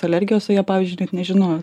alergijos o jie pavyzdžiui net nežinojo